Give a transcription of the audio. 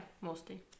mostly